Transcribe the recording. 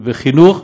ובחינוך,